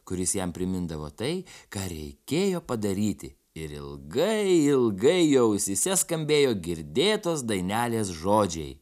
kuris jam primindavo tai ką reikėjo padaryti ir ilgai ilgai jo ausyse skambėjo girdėtos dainelės žodžiai